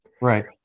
Right